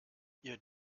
ihr